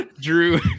Drew